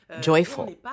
joyful